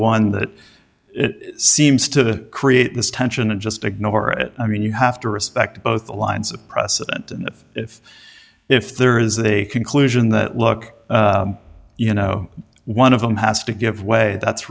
one that seems to create this tension and just ignore it i mean you have to respect both the lines of precedent and if if there is a conclusion that look you know one of them has to give way that's